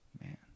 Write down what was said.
Man